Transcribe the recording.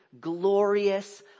glorious